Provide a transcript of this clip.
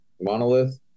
Monolith